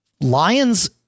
Lions